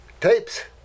tapes